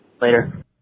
later